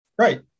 Right